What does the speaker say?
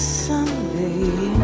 someday